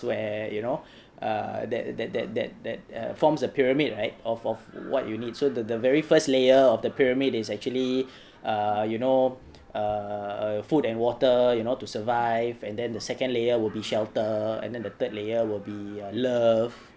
where you know uh that that that that that uh forms a pyramid right of of what you need so the very first layer of the pyramid is actually err you know err food and water you know to survive and then the second layer will be shelter and then the third layer will be love